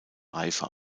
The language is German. reife